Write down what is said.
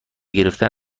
گرفتن